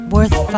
Worth